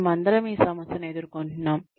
మనమందరం ఈ సమస్యను ఎదుర్కొంటున్నాము